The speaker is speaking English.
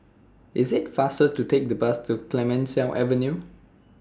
IT IS faster to Take The Bus to Clemenceau Avenue